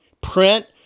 print